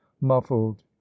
muffled